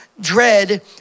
dread